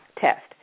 test